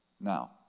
Now